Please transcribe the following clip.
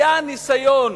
היה ניסיון